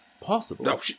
possible